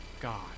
God